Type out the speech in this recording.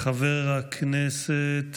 חבר הכנסת